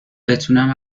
بتونم